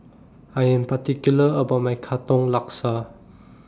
I Am particular about My Katong Laksa